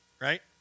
right